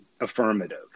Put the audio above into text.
affirmative